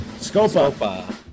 Scopa